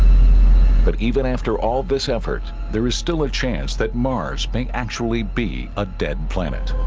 but even after all this effort there is still a chance that mars may actually be a dead planet